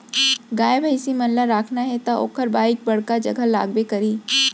गाय भईंसी मन ल राखना हे त ओकर लाइक बड़का जघा लागबे करही